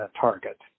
target